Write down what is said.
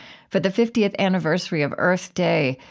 for the fiftieth anniversary of earth day,